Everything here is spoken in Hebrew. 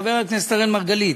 חבר הכנסת אראל מרגלית,